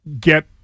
get